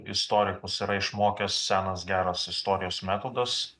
istorikus yra išmokęs senas geras istorijos metodas